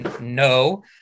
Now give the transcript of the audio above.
no